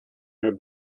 her